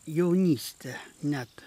jaunystę net